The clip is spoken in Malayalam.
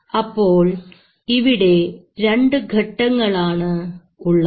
അപ്പോൾ ഇവിടെ രണ്ടു ഘട്ടങ്ങളാണ് ഉള്ളത്